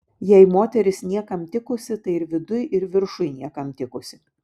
jei moteris niekam tikusi tai ir viduj ir viršuj niekam tikusi